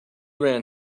ran